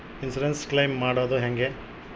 Insurance claim ಮಾಡದು ಹೆಂಗೆ?